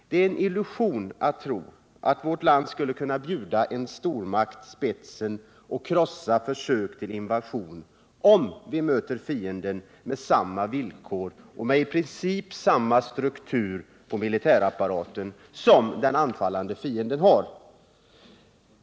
Det är en illusion att tro att vårt land skulle kunna bjuda en stormakt spetsen och krossa försök till invasion om vi möter fienden på samma villkor och med i princip samma struktur på militärapparaten som den anfallande fienden har.